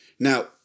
Now